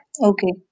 Okay